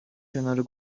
کنار